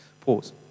Pause